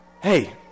Hey